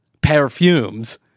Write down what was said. perfumes